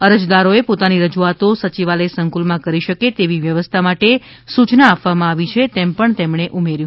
અરજદારોએ પોતાની રજૂઆતો સચિવાલય સંકુલમાં કરી શકે તેવી વ્યવસ્થા માટે સુયના આપવામાં આવી છે તેમ તેમણે ઉમેર્યું